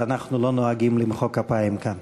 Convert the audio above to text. אנחנו לא נוהגים למחוא כפיים כאן.